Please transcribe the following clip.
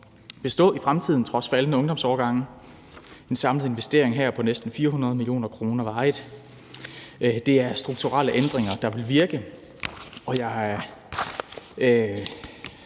bestå i fremtiden trods faldende ungdomsårgange. Der er en samlet investering her på næsten 400 mio. kr. varigt. Det er strukturelle ændringer, der vil virke, og min